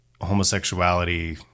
homosexuality